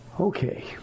Okay